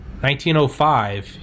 1905